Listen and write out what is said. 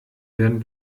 werden